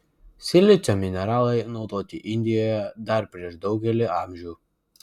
silicio mineralai naudoti indijoje dar prieš daugelį amžių